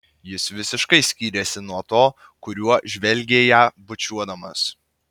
jis visiškai skyrėsi nuo to kuriuo žvelgė ją bučiuodamas